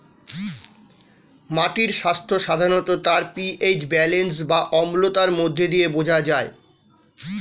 মাটির স্বাস্থ্য সাধারণত তার পি.এইচ ব্যালেন্স বা অম্লতার মধ্য দিয়ে বোঝা যায়